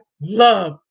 love